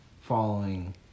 following